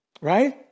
Right